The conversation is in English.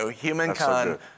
Humankind